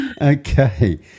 Okay